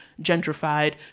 gentrified